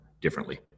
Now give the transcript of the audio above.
differently